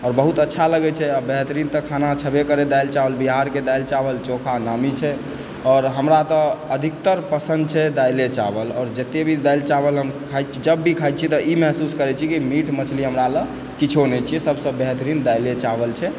आओर बहुत अच्छा लगैत छै आओर बेहतरीन तऽ खाना दालि चावल बिहारके तऽ दालि चावल चोखा नामी छै आओर हमरा तऽ अधिकतर पसन्द छै दालिए चावल जतय भी दालि चावल हम खाइत छी जब भी खाइत छी तऽ ई महसुस करय छी कि मीट मछरी हमरा ला किछु नहि छियै सभसँ बेहतरीन हमरा ला दालिए चावल छै